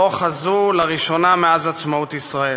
שבו חזו לראשונה מאז כוננה עצמאות ישראל.